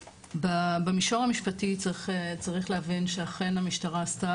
במישור המשפטי צריך להבין שאכן המשטרה עשתה